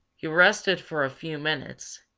he rested for a few minutes,